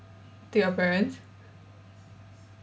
to your parents